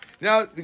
Now